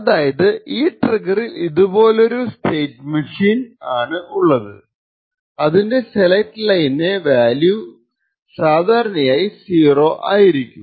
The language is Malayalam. അതായത് ഈ ട്രിഗ്ഗറിൽ ഇതുപോലൊരു സ്റ്റേറ്റ് മെഷീൻ ആണ് ഉള്ളത് അതിന്റെ സെലെക്റ്റ് ലൈൻറെ വാല്യൂ സാധാരണയായി 0 ആയിരിക്കും